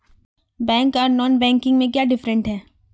Bank आर non banking में क्याँ डिफरेंस है?